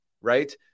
right